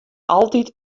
altyd